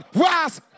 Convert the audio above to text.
rise